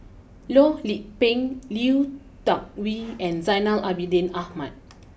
Loh Lik Peng Lui Tuck Yew and Zainal Abidin Ahmad